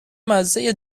مزه